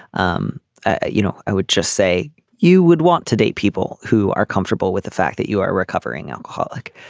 um ah you know i would just say you would want to date people who are comfortable with the fact that you are a recovering alcoholic.